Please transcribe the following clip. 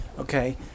Okay